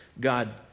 God